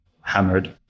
hammered